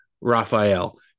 Raphael